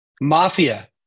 Mafia